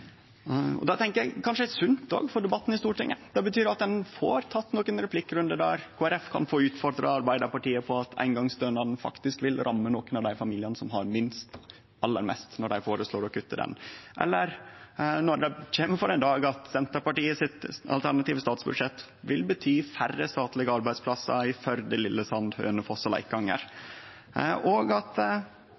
føremåla. Det tenkjer eg kanskje er sunt òg for debatten i Stortinget. Det betyr at ein får teke nokre replikkrundar der Kristeleg Folkeparti kan få utfordre Arbeidarpartiet på at når dei føreslår å kutte i eingongsstønaden, vil det faktisk ramme nokre av dei familiane som har minst, aller mest, eller når det kjem for ein dag at Senterpartiet sitt alternative statsbudsjett vil bety færre statlege arbeidsplassar i Førde, Lillesand, Hønefoss og Leikanger, og at